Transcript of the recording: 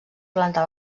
planta